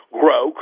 grow